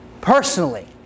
personally